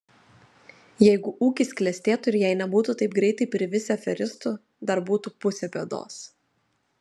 jeigu ūkis klestėtų ir jei nebūtų taip greitai privisę aferistų dar būtų pusė bėdos